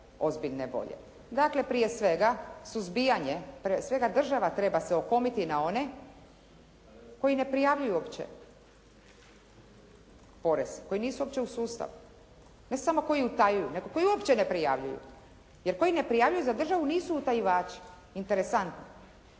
Dakle prije svega suzbijanja, prije svega država treba se okomiti na one koji ne prijavljuju uopće porez, koji nisu uopće u sustavu. Ne samo koji utajuju nego koji uopće ne prijavljuju. Jer koji ne prijavljuju za državu nisu utajivači, interesantno.